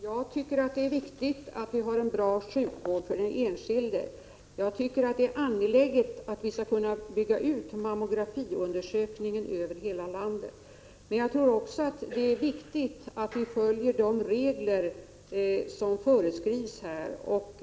Fru talman! Det är viktigt att vi har en bra sjukvård för den enskilde, och det är angeläget att mammografiundersökningen byggs ut över hela landet. Men det är också väsentligt att vi följer de regler som föreskrivs.